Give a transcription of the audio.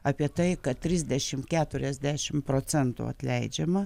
apie tai kad trisdešimt keturiasdešimt procentų atleidžiama